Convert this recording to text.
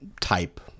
type